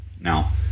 Now